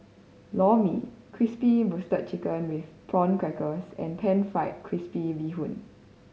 Lor Mee Crispy Roasted Chicken with Prawn Crackers and Pan Fried Crispy Bee Hoon